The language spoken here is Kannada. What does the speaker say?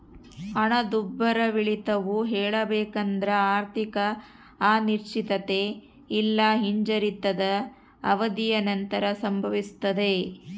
ಹಣದುಬ್ಬರವಿಳಿತವು ಹೇಳಬೇಕೆಂದ್ರ ಆರ್ಥಿಕ ಅನಿಶ್ಚಿತತೆ ಇಲ್ಲಾ ಹಿಂಜರಿತದ ಅವಧಿಯ ನಂತರ ಸಂಭವಿಸ್ತದೆ